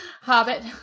hobbit